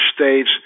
states